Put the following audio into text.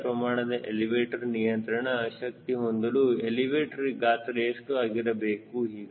ಸರಿಯಾದ ಪ್ರಮಾಣದ ಎಲಿವೇಟರ್ ನಿಯಂತ್ರಣ ಶಕ್ತಿ ಹೊಂದಲು ಎಲಿವೇಟರ್ ಗಾತ್ರ ಎಷ್ಟು ಆಗಿರಬೇಕು